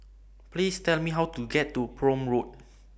Please Tell Me How to get to Prome Road